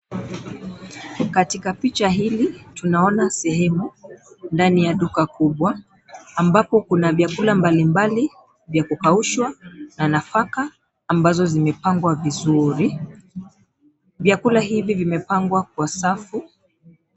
Katika picha hili tunaona sehemu ndani ya duka kubwa ambapo kuna vyakula mbalimbali vya kukaushwa, za nafaka ambazo zimepangwa vizuri. Vyakula hivi vimepangwa kwa safu.